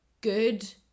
good